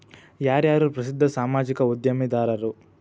ಯಾರ್ಯಾರು ಪ್ರಸಿದ್ಧ ಸಾಮಾಜಿಕ ಉದ್ಯಮಿದಾರರು